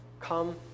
come